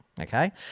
okay